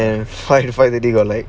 ah flying to fight that day got like